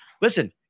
Listen